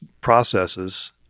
processes